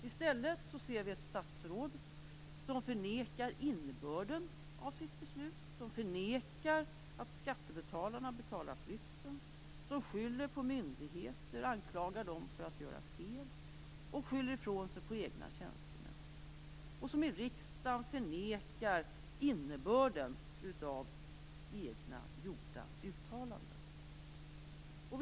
I stället ser vi ett statsråd som förnekar innebörden av sitt beslut, som förnekar att skattebetalarna betalar flytten, som skyller på myndigheterna, som anklagar dem för att göra fel, som skyller ifrån sig på egna tjänstemän och som i riksdagen förnekar innebörden av uttalanden han själv gjort.